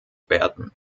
werden